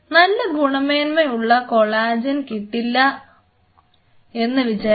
നല്ല ഗുണമേന്മ ഉള്ള കൊളാജൻ കിട്ടില്ല എന്ന് വിചാരിക്കുക